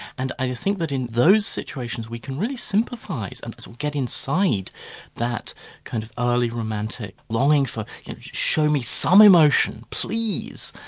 and i think that in those situations we can really sympathise and get inside that kind of early romantic longing for show me some emotion. please',